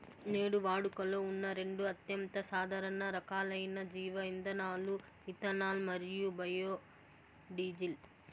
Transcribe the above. నేడు వాడుకలో ఉన్న రెండు అత్యంత సాధారణ రకాలైన జీవ ఇంధనాలు ఇథనాల్ మరియు బయోడీజిల్